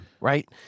right